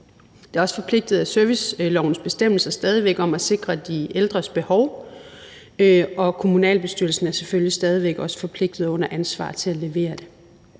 Det er også forpligtet af servicelovens bestemmelser stadig væk at sikre de ældres behov, og kommunalbestyrelsen er selvfølgelig stadig væk også forpligtet under ansvar til at levere det.